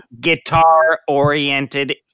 guitar-oriented